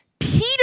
Peter